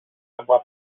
agua